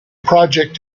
project